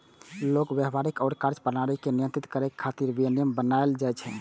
लोगक व्यवहार आ कार्यप्रणाली कें नियंत्रित करै खातिर विनियम बनाएल जाइ छै